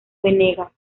venegas